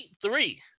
three